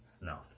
No